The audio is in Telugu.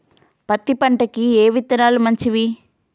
పత్తి పంటకి ఏ విత్తనాలు మంచివి?